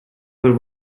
were